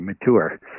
mature